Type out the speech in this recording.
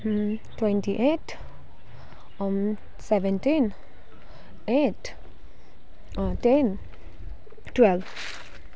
twenty eight seventeen eight ten twelve